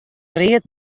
read